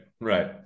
Right